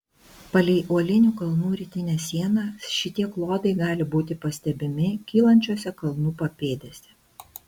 palei uolinių kalnų rytinę sieną šitie klodai gali būti pastebimi kylančiose kalnų papėdėse